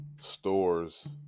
stores